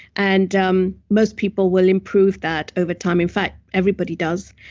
and um most people will improve that over time. in fact, everybody does,